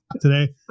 today